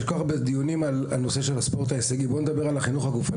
יש כל כך הרבה דיונים על הספורט ההישגי בוא נדבר על החינוך הגופני.